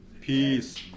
Peace